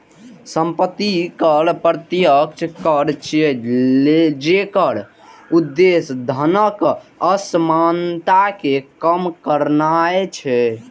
संपत्ति कर प्रत्यक्ष कर छियै, जेकर उद्देश्य धनक असमानता कें कम करनाय छै